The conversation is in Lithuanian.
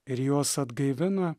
ir juos atgaivina